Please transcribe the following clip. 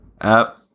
app